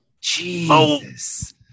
Jesus